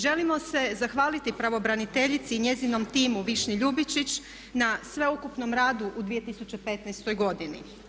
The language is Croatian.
Želimo se zahvaliti pravobraniteljici i njezinom timu Višnji Ljubičić na sveukupnom radu u 2015. godini.